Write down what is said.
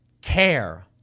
care